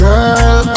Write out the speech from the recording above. Girl